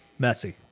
Messi